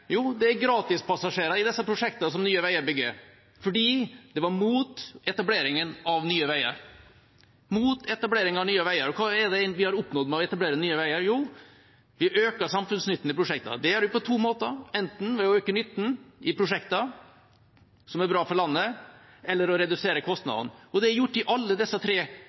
Jo, vi øker samfunnsnytten i prosjekter. Det gjør vi på to måter: enten ved å øke nytten i prosjektene, som er bra for landet, eller ved å redusere kostnadene. Det er gjort i alle disse tre